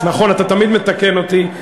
מנהיגת, נכון, אתה תמיד מתקן אותי.